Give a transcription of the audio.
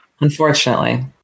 Unfortunately